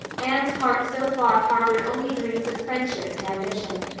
anne's heart so far harbored only dreams of friendship and ambition,